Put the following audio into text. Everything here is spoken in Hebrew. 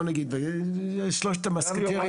אני רשמתי לעצמי